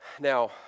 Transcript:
Now